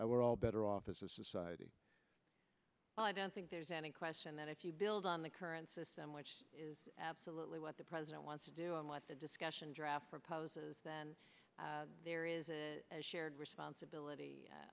collectively we're all better off as a society i don't think there's any question that if you build on the current system which is absolutely what the president wants to do and what the discussion draft proposes then there is a shared responsibility